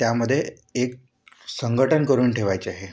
त्यामध्ये एक संघटन करून ठेवायचे आहे